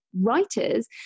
writers